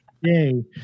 Yay